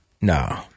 No